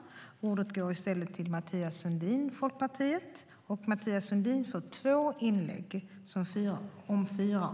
Tredje vice talmannen konstaterade att Fredrik Malm, som framställt interpellationen, inte var närvarande i kammaren.